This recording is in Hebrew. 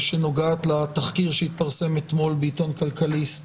שנוגעת לתחקיר שהתפרסם אתמול בעיתון כלכליסט